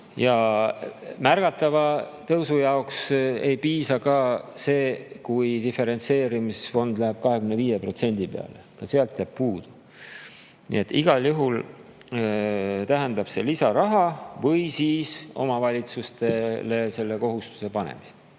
Ja märgatavaks tõusuks ei piisaks ka sellest, kui diferentseerimisfond läheks 25% peale. Ka sealt jääb puudu. Nii et igal juhul tähendab see lisaraha või siis omavalitsustele kokkulepete kohustuse panemist.